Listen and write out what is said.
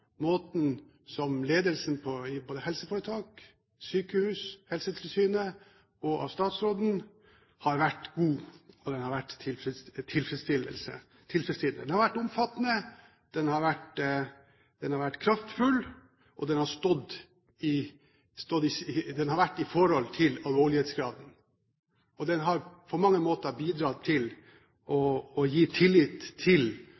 måten dette ble håndtert på, av både ledelsen i helseforetakene, sykehusene, Helsetilsynet og statsråden, har vært god og tilfredsstillende. Den har vært omfattende, kraftfull og stått i forhold til alvorlighetsgraden. Dette har på mange måter bidratt til å gi tillit til